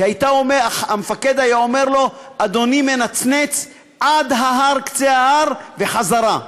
המפקד היה אומר לו: אדוני מנצנץ עד קצה ההר וחזרה,